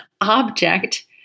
object